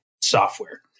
software